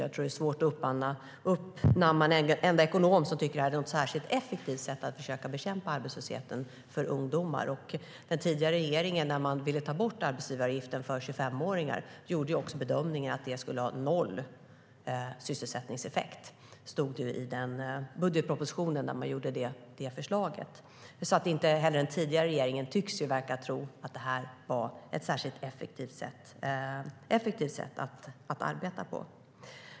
Jag tror att det skulle vara svårt att uppamma en enda ekonom som tycker att det är ett särskilt effektivt sätt att bekämpa arbetslösheten för ungdomar. Också den tidigare regeringen gjorde bedömningen att det skulle ha noll sysselsättningseffekt när man ville ta bort arbetsgivaravgiften för 25-åringar. Det stod det i den budgetproposition där man lade fram förslaget. Alltså tycks inte heller den tidigare regeringen ha trott att detta är ett särskilt effektivt sätt att arbeta på.